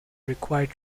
required